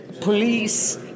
police